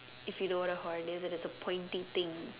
if you know what a horn is it is a pointy thing